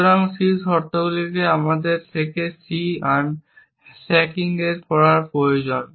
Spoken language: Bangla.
সুতরাং c শর্তগুলিকে আমাদের থেকে c unshackling করার জন্য প্রয়োজন